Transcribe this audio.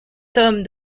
tome